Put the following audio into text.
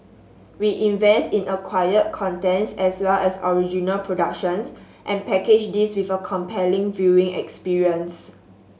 we invest in acquired content as well as original productions and package this with a compelling viewing experience